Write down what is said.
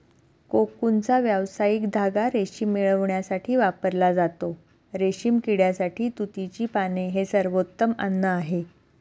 कोकूनचा व्यावसायिक धागा रेशीम मिळविण्यासाठी वापरला जातो, रेशीम किड्यासाठी तुतीची पाने हे सर्वोत्तम अन्न आहे